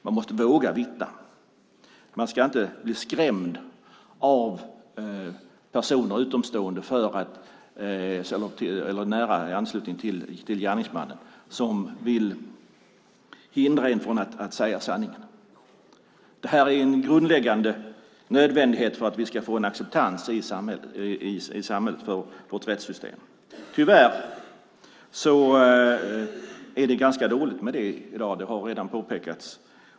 Man måste våga vittna. Man ska inte bli skrämd av utomstående eller närstående till gärningsmannen som vill hindra en från att säga sanningen. Det här är en grundläggande nödvändighet för att vi ska få en acceptans i samhället för vårt rättssystem. Tyvärr är det ganska dåligt med det i dag. Det har redan påpekats.